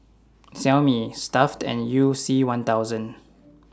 Xiaomi Stuff'd and YOU C one thousand